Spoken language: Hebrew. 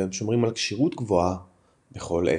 והם שומרים על כשירות גבוהה בכל עת.